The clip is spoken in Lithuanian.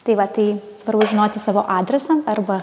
tai va tai svarbu žinoti savo adresą arba